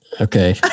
Okay